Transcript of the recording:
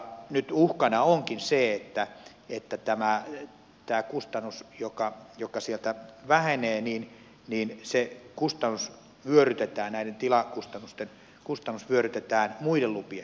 nyt uhkana onkin se että tämä kustannus joka sietää vähän eli viidenneksen kustannus sieltä vähenee vyörytetään muiden lupien hintoihin